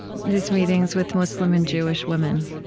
these meetings with muslim and jewish women.